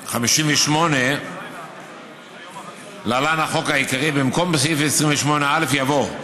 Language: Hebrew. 1958, להלן: החוק העיקרי, במקום סעיף 28א יבוא: